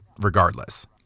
regardless